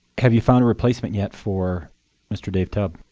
have you found a replacement yet for mr. dave tubb?